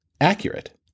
accurate